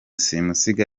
simusiga